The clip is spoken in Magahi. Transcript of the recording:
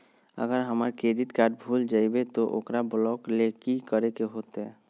अगर हमर क्रेडिट कार्ड भूल जइबे तो ओकरा ब्लॉक लें कि करे होते?